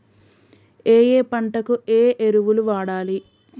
ఏయే పంటకు ఏ ఎరువులు వాడాలి?